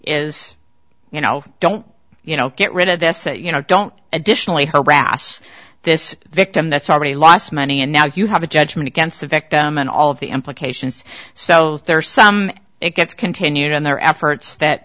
is you know don't you know get rid of this that you know don't additionally harass this victim that's already lost money and now you have a judgment against the victim and all of the implications so that there are some it gets continued in their efforts that